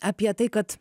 apie tai kad